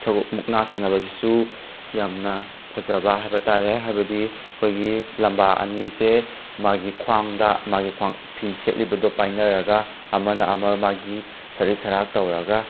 ꯁꯒꯣ ꯃꯨꯛꯅꯥ ꯁꯥꯟꯅꯕꯖꯤꯁꯨ ꯌꯥꯝꯅ ꯐꯖꯕ ꯍꯥꯏꯕ ꯇꯥꯔꯦ ꯍꯥꯏꯕꯗꯤ ꯑꯩꯈꯣꯏꯒꯤ ꯂꯝꯕꯥ ꯑꯅꯤꯁꯦ ꯃꯥꯒꯤ ꯈ꯭ꯋꯥꯡꯗ ꯃꯥꯒꯤ ꯈ꯭ꯋꯥꯡ ꯐꯤ ꯁꯦꯠꯂꯤꯕꯗꯣ ꯄꯥꯏꯅꯔꯒ ꯑꯃꯅ ꯑꯃ ꯃꯥꯒꯤ ꯁꯔꯤꯠ ꯁꯔꯥꯠ ꯇꯧꯔꯒ